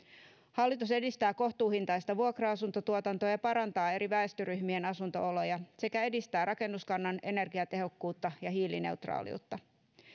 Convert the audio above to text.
hallitus edistää kohtuuhintaista vuokra asuntotuotantoa ja parantaa eri väestöryhmien asunto oloja sekä edistää rakennuskannan energiatehokkuutta ja hiilineutraaliutta